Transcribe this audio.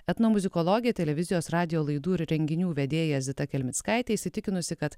etnomuzikologe televizijos radijo laidų ir renginių vedėja zita kelmickaitė įsitikinusi kad